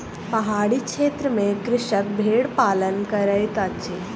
पहाड़ी क्षेत्र में कृषक भेड़ पालन करैत अछि